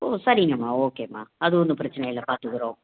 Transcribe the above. ஓ சரிங்கம்மா ஓகேம்மா அது ஒன்றும் பிரச்சனை இல்லை பார்த்துக்குறோம்